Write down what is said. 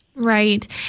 Right